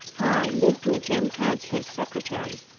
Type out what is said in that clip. i lived with him as his secretary.